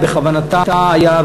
בכוונתה היה,